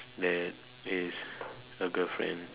that is a girlfriend